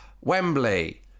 Wembley